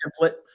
template